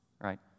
right